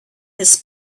his